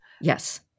Yes